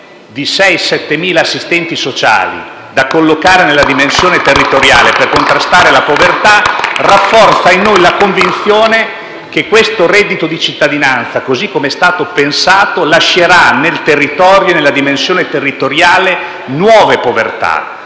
o 7.000 assistenti sociali da collocare nella dimensione territoriale per contrastare la povertà *(Applausi dal Gruppo PD)*rafforza in noi la convinzione che questo reddito di cittadinanza, così come è stato pensato, lascerà nella dimensione territoriale nuove povertà,